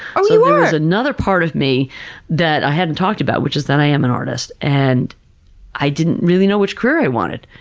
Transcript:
oh, you are? there's another part of me that i haven't talked about, which is that i am an artist. and i didn't really know which career i wanted,